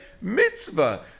mitzvah